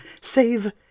save